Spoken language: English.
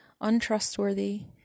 untrustworthy